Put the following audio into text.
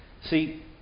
See